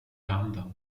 handen